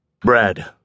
Brad